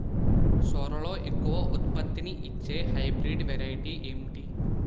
సోరలో ఎక్కువ ఉత్పత్తిని ఇచే హైబ్రిడ్ వెరైటీ ఏంటి?